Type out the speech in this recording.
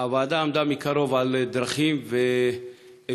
הוועדה עמדה מקרוב על דרכים ואפשרויות